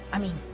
i mean,